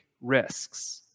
risks